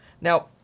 Now